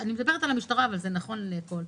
ואני מדברת על המשטרה אבל זה נכון לכל.